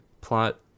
Plot